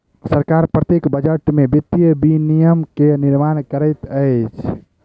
सरकार प्रत्येक बजट में वित्तीय विनियम के निर्माण करैत अछि